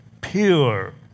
pure